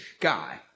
guy